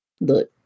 Look